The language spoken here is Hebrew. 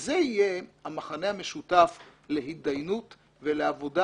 וזה יהיה המכנה המשותף להידיינות ולעבודה